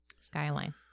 Skyline